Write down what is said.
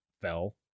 fell